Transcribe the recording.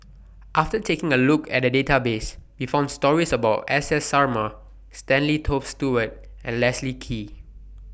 after taking A Look At The Database We found stories about S S Sarma Stanley Toft Stewart and Leslie Kee